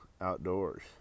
outdoors